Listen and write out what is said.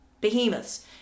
behemoths